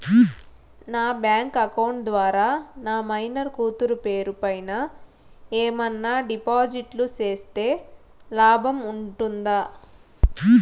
నా bank account ద్వారా నా మైనర్ కూతురు పేరు పైన ఏమన్నా డిపాజిట్లు సేస్తే లాభం ఉంటుందా?